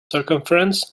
circumference